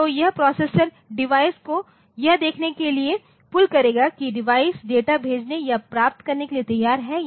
तो यह processor device को यह देखने के लिए पुल्ल करेगा कि डिवाइस डेटा भेजने या प्राप्त करने के लिए तैयार है या नहीं